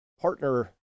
partner